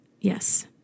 Yes